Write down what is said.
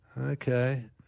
Okay